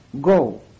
go